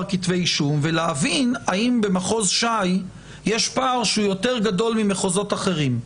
כתבי אישום ולהבין האם במחוז ש"י יש פער שהוא יותר גדול ממקומות אחרים,